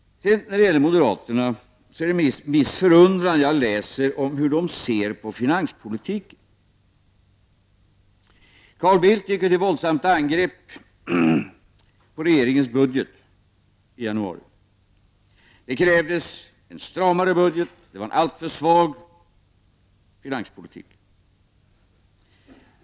Det är med viss förundran jag läser hur moderaterna ser på finanspolitiken. Carl Bildt gick till våldsamt angrepp på regeringens budget i januari. Det krävdes stramare budget, det var alltför svag finanspolitik.